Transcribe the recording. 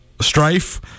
strife